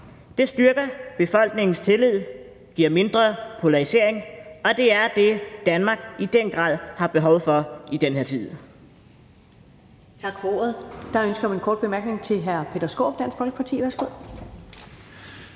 Det styrker befolkningens tillid, giver mindre polarisering, og det er det, Danmark i den grad har behov for i den her tid.